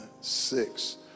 six